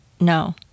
no